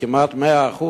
כמעט 100%,